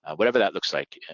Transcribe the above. ah whatever that looks like,